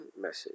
message